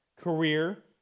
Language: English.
Career